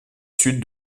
sud